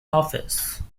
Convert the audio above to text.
office